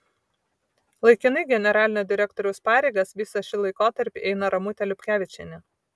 laikinai generalinio direktoriaus pareigas visą šį laikotarpį eina ramutė liupkevičienė